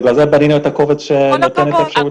בגלל זה בנינו את הקובץ שנותן את התשובות עליהן.